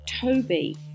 Toby